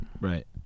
Right